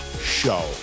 Show